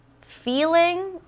feeling